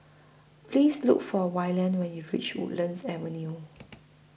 Please Look For Wayland when YOU REACH Woodlands Avenue